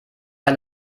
ein